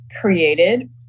created